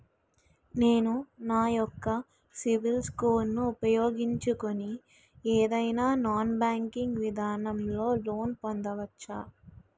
నేను నా యెక్క సిబిల్ స్కోర్ ను ఉపయోగించుకుని ఏదైనా నాన్ బ్యాంకింగ్ విధానం లొ లోన్ పొందవచ్చా?